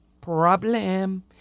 Problem